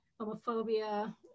homophobia